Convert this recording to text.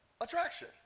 Attraction